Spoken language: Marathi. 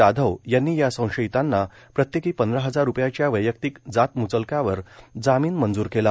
जाधव यांनी या संशयिताना प्रत्येकी पंधरा हजार रुपयांच्या वैयक्तिक जातम्चलकावर जामीन मंजूर केला